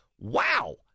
wow